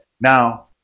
Now